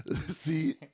See